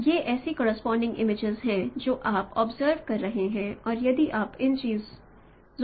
तो ये ऐसी कोरस्पोंडिंग इमेजेस हैं जो आप ऑब्जर्व कर रहे हैं और यदि आप इन चीजों को करते हैं